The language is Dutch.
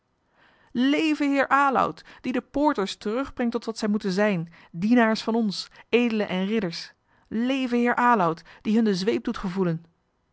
leve heer aloud die de poorters terugbrengt tot wat zij moeten zijn dienaars van ons edelen en ridders leve heer aloud die hun de zweep doet gevoelen